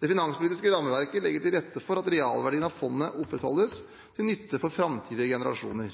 Det finanspolitiske rammeverket legger til rette for at realverdien av fondet opprettholdes til nytte for framtidige generasjoner.